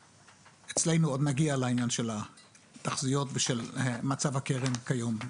אצלנו עוד נגיע לעניין של התחזיות ושל מצב הקרן כיום.